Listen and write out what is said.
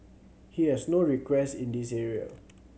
he has no request in this area